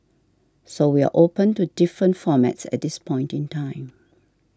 so we are open to different formats at this point in time